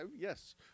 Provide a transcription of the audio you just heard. yes